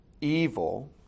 evil